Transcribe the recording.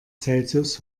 celsius